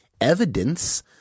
evidence